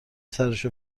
سرشو